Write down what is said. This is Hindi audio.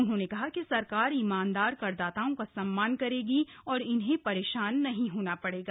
उन्होंने कहा कि सरकार ईमानदार करदाताओं का सम्मान करेगी और उन्हें परेशान नहीं होना पड़ेगा